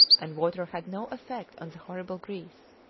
and water had no effect on the horrible grease.